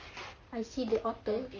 I see the author